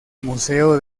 museo